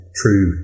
true